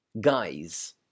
Guys